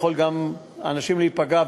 אנשים יכולים להיפגע,